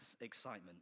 excitement